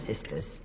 sisters